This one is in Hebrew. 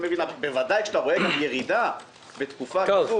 בוודאי כשאתה רואה גם ירידה בתקופה כזו,